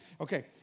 Okay